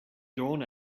dawn